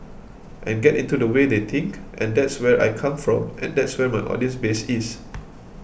and get into the way they think and that's where I come from and that's where my audience base is